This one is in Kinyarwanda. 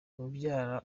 mubyara